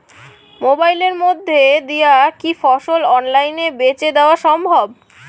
মোবাইলের মইধ্যে দিয়া কি ফসল অনলাইনে বেঁচে দেওয়া সম্ভব?